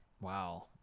Wow